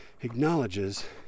acknowledges